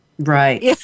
Right